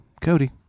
Cody